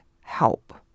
help